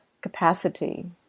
capacity